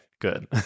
good